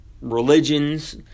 religions